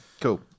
Cool